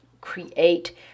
create